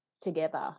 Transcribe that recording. together